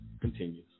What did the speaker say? Continues